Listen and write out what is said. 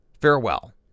Farewell